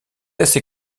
assez